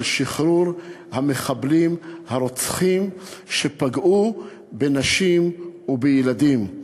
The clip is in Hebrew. שחרור המחבלים הרוצחים שפגעו בנשים ובילדים.